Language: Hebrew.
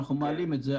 אנחנו מעלים את זה.